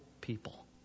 people